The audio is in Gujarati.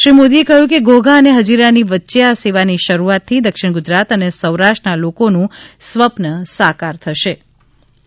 શ્રી મોદીએ કહ્યું કે ઘોઘા અને હજીરાની વચ્ચે આ સેવાની શરૂઆતથી દક્ષિણ ગુજરાત અને સૌરાષ્ટ્રના લોકોનું સ્વપ્ન સાકાર થયું છે